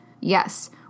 Yes